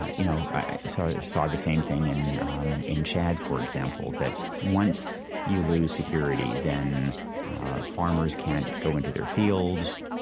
i you know i saw saw the same thing in um in chad, for example, that once you lose security, then farmers can't go into their fields,